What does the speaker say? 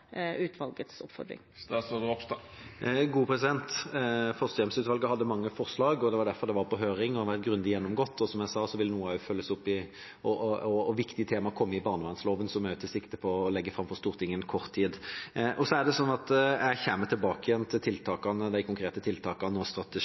utvalgets oppfordring? Fosterhjemsutvalget hadde mange forslag, det var derfor det var på høring og ble grundig gjennomgått. Som jeg sa, vil noe også følges opp og viktige ting komme i barnevernsloven, som jeg også tar sikte på å legge fram for Stortinget innen kort tid. Jeg kommer tilbake til de konkrete tiltakene når strategien blir lagt fram. Men jeg er helt enig i at